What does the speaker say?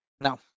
Now